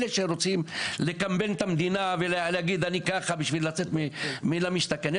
אלה שרוצים לקמבן את המדינה ולהגיד אני ככה בשביל לצאת ממחיר למשתכן,